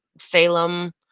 Salem